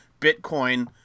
Bitcoin